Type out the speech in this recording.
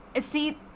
see